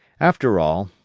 after all,